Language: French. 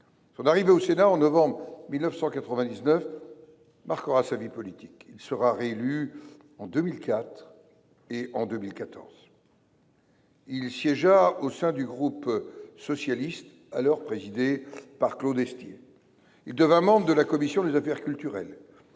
Son arrivée au Sénat, en novembre 1999, marquera sa vie politique. Il sera réélu en 2004 et en 2014. Il siégea au sein du groupe socialiste, alors présidé par Claude Estier. Il devint membre de la commission des affaires culturelles.